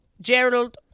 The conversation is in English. Gerald